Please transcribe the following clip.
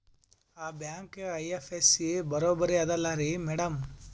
ಆ bank IFSC ಬರೊಬರಿ ಅದಲಾರಿ ಮ್ಯಾಡಂ?